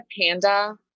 Panda